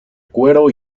cuero